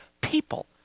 people